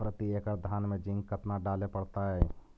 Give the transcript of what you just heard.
प्रती एकड़ धान मे जिंक कतना डाले पड़ताई?